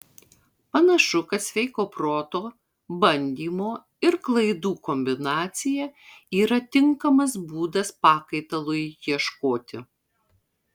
panašu kad sveiko proto bandymo ir klaidų kombinacija yra tinkamas būdas pakaitalui ieškoti